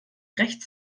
recht